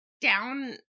down